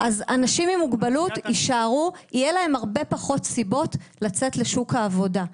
אז אנשים עם מוגבלות יהיה להם הרבה פחות סיבות לצאת לשוק העבודה.